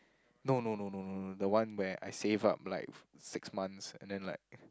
no no no no no the one where I save up like f~ six months and then like